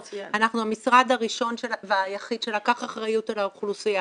אנחנו המשרד הראשון והיחיד שלקח אחריות על האוכלוסייה